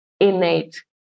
innate